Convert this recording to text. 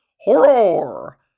Horror